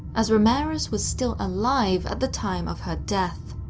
as ramirez was still alive at the time of her death.